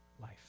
life